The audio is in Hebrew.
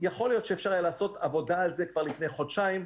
יכול להיות שאפשר היה לעשות עבודה על זה כבר לפני חודשיים,